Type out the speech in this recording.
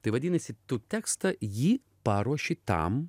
tai vadinasi tu tekstą jį paruoši tam